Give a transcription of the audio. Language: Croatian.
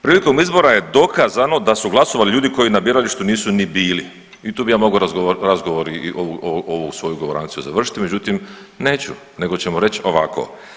Prilikom izbora je dokazano da su glasovali ljudi koji na biralištu nisu ni bili i tu bi ja mogao razgovor i ovu svoju govoranciju završit, međutim neću nego ćemo reć ovako.